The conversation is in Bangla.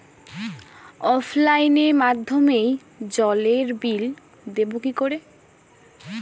অফলাইনে মাধ্যমেই জলের বিল দেবো কি করে?